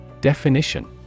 Definition